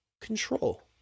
control